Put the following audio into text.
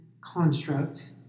construct